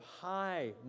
high